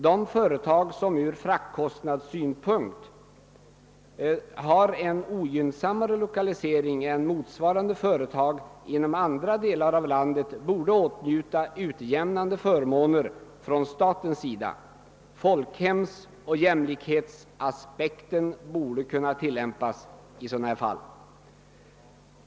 De företag som ur fraktkostnadssynpunkt har en ogynnsammare lokalisering än motsvarande företag inom andra delar av landet borde åtnjuta utjämnande förmåner från statens sida. Folkhemsoch jämlikhetsaspekten borde kunna tillämpas i detta fall.